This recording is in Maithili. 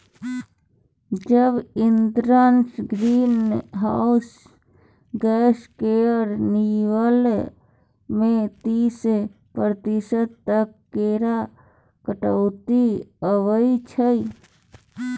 जैब इंधनसँ ग्रीन हाउस गैस केर निकलब मे तीस प्रतिशत तक केर कटौती आबय छै